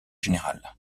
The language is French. général